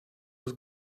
was